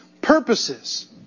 purposes